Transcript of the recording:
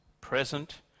present